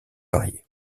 variés